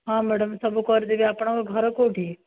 ହଁ ମ୍ୟାଡ଼ାମ ସବୁ କରିଦେବି ଆପଣଙ୍କ ଘର କେଉଁଠି